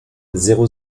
zéro